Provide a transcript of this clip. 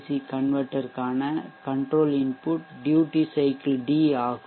C converter க்கான control input duty cycle D ஆகும்